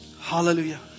Hallelujah